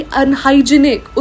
unhygienic